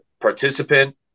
participant